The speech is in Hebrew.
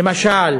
למשל: